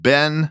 Ben